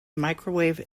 microwave